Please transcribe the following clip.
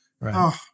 Right